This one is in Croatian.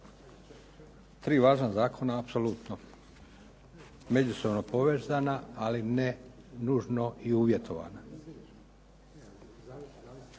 Tri važna zakona apsolutno, međusobno povezana, ali ne nužno i uvjetovana.